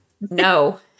No